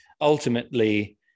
ultimately